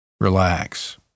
Relax